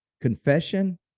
confession